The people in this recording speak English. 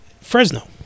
Fresno